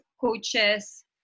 coaches